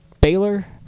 Baylor